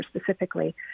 specifically